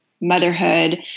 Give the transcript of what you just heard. motherhood